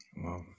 Wow